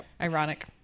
ironic